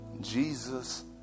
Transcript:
Jesus